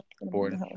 board